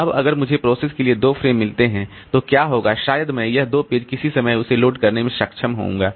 अब अगर मुझे प्रोसेस के लिए केवल दो फ्रेम मिलते हैं तो क्या होगा शायद मैं यह दो पेज किसी समय इसे लोड करने में सक्षम होऊंगा